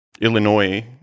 Illinois